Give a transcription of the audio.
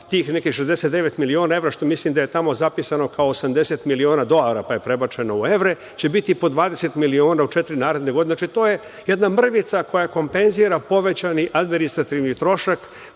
tih nekih 69 miliona evra, što mislim da je tamo zapisano kao 80 miliona dolara, koji su prebačeni u evre, će biti po 20 miliona u četiri naredne godine. To je jedna mrvica koja kompenzira povećani administrativni trošak